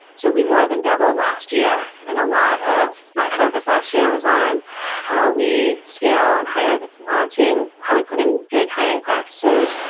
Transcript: so we more than doubled last year. and a lot of my focus last year was on how we scale and hire on ah team, how we put in good hiring practices,